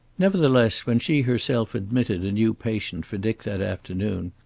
nevertheless when she herself admitted a new patient for dick that afternoon,